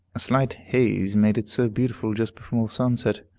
a slight haze made it so beautiful just before sunset,